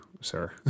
sir